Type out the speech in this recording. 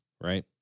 right